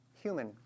human